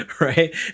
right